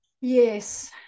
yes